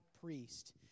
priest